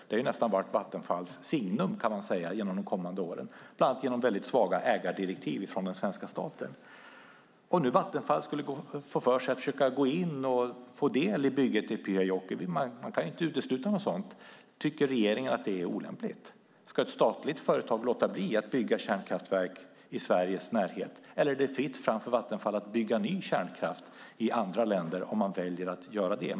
Det har nästan varit Vattenfalls signum, kan man säga, genom de gångna åren - bland annat beroende på svaga ägardirektiv från den svenska staten. Låt oss tänka oss att Vattenfall skulle få för sig att försöka gå in och få del av bygget i Pyhäjoki - man kan ju inte utesluta något sådant. Tycker regeringen att det är olämpligt? Ska ett statligt företag låta bli att bygga kärnkraftverk i Sveriges närhet, eller är det fritt fram för Vattenfall att bygga ny kärnkraft i andra länder om företaget väljer att göra det?